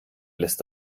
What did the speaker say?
lässt